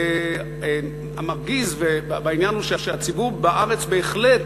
והמרגיז בעניין הוא שהציבור בארץ בהחלט